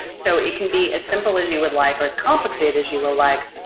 so it can be as simple as you would like or as complicated as you will like,